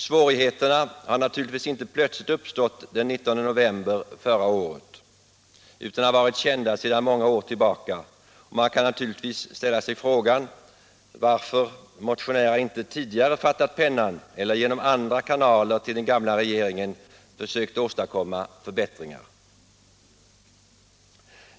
Svårigheterna uppstod naturligtvis inte plötsligt den 19 september förra året, utan de har varit kända sedan många år tillbaka. Man kan naturligtvis ställa sig frågan varför motionärerna inte tidigare fattat pennan eller genom andra kanaler till den gamla regeringen försökt åstadkomma förbättringar.